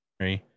Three